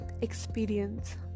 experience